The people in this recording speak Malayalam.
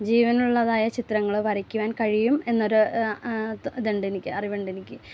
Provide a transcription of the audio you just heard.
ജീവനുള്ളതായ ചിത്രങ്ങൾ വരക്കുവാൻ കഴിയും എന്നൊരു ഇതുണ്ട് എനിക്ക് അറിവുണ്ട് എനിക്ക്